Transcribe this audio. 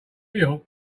york